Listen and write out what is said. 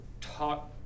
talk